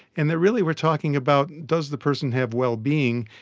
and that really we're talking about and does the person have well-being,